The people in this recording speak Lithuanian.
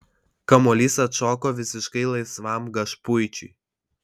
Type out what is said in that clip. kamuolys atšoko visiškai laisvam gašpuičiui